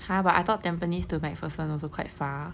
!huh! but I thought tampines to macpherson also quite far